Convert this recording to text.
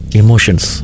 emotions